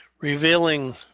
Revealing